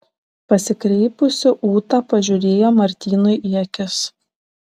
pasikreipusi ūta pažiūrėjo martynui į akis